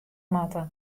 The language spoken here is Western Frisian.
moatte